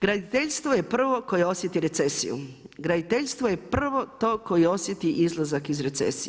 Graditeljstvo je prvo koje osjeti recesiju, graditeljstvo je prvo to koje osjeti izlazak iz recesije.